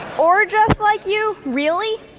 or just like you? really?